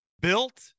Built